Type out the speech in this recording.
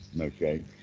Okay